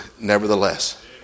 nevertheless